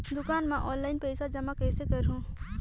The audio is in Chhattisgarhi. दुकान म ऑनलाइन पइसा जमा कइसे करहु?